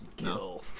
No